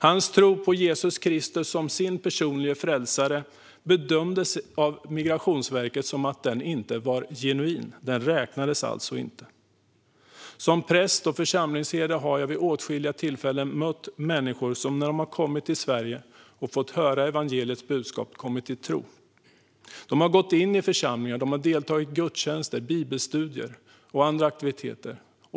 Hans tro på Jesus Kristus som sin personlige frälsare bedömdes av Migrationsverket som att den inte var genuin. Den räknades alltså inte. Som präst och församlingsherde har jag vid åtskilliga tillfällen mött människor som när de kommit till Sverige och fått höra evangeliets budskap kommit till tro. De har gått in i församlingar och deltagit i gudstjänster, bibelstudier och andra aktiviteter.